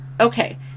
Okay